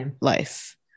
life